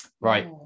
Right